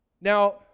Now